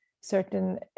certain